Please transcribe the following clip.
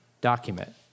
document